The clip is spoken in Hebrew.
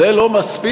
זה לא מספיק.